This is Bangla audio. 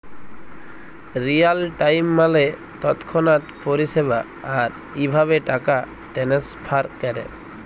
রিয়াল টাইম মালে তৎক্ষণাৎ পরিষেবা, আর ইভাবে টাকা টেনেসফার ক্যরে